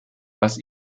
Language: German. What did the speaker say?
was